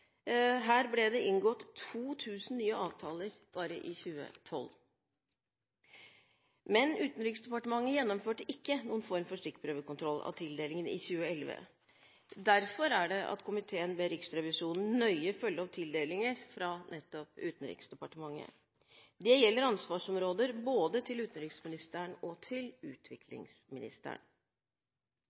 Her ble det inngått 2 000 nye avtaler bare i 2012. Men Utenriksdepartementet gjennomførte ikke noen form for stikkprøvekontroll av tildelingen i 2011. Det er derfor komiteen ber Riksrevisjonen nøye følge opp tildelinger fra nettopp Utenriksdepartementet. Det gjelder ansvarsområder både til utenriksministeren og til utviklingsministeren.